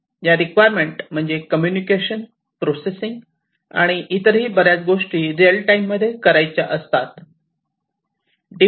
या रिक्वायरमेंट म्हणजे communication processing आणि इतरही बऱ्याच गोष्टी रियल टाइम मध्ये करायच्या असतात